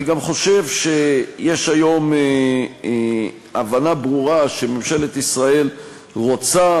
אני גם חושב שיש היום הבנה ברורה שממשלת ישראל רוצה